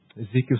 Ezekiel